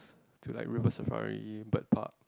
to like River-Safari Bird-Park